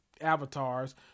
avatars